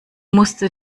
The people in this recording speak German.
musste